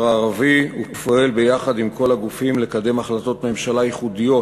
הערבי ופועל ביחד עם כל הגופים לקדם החלטות ממשלה ייחודיות